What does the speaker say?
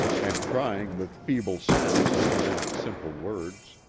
and trying with feeble sounds to pronounce simple words.